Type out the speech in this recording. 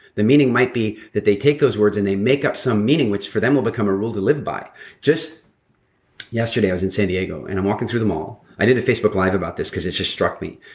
the meaning might be that they take those words and they make up some meaning, which for them will become a rule to live by just yesterday i was in san diego, and i'm walking through the mall. i did a facebook live about this, because it just struck me.